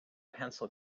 pencil